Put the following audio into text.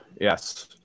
yes